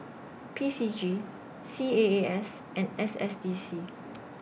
P C G C A A S and S S D C